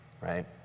right